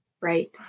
Right